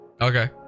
Okay